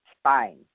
spine